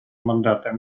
мандата